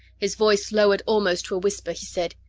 his voice lowered almost to a whisper, he said,